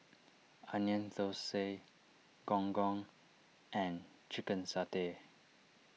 Onion Thosai Gong Gong and Chicken Satay